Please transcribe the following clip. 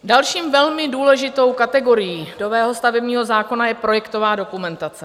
Další velmi důležitou kategorií nového stavebního zákona je projektová dokumentace.